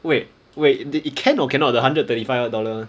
wait wait did it can or cannot the hundred thirty five dollar